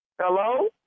Hello